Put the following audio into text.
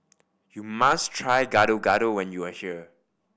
you must try Gado Gado when you are here